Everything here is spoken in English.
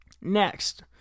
next